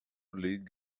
league